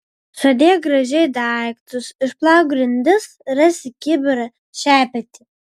sudėk gražiai daiktus išplauk grindis rasi kibirą šepetį